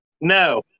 No